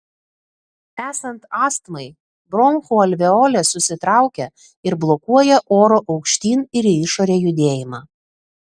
esant astmai bronchų alveolės susitraukia ir blokuoja oro aukštyn ir į išorę judėjimą